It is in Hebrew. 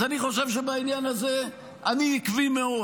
אני חושב שבעניין הזה אני עקבי מאוד,